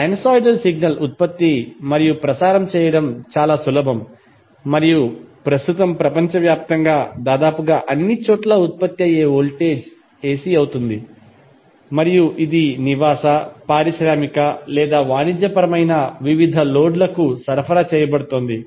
sinusoidal signal ఉత్పత్తి మరియు ప్రసారం చేయడం చాలా సులభం మరియు ప్రస్తుతం ప్రపంచవ్యాప్తంగా దాదాపుగా అన్నీ చోట్ల ఉత్పత్తి అయ్యే వోల్టేజ్ AC అవుతుంది మరియు ఇది నివాస పారిశ్రామిక లేదా వాణిజ్యపరమైన వివిధ లోడ్ లకు సరఫరా చేయబడుతోంది